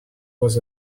was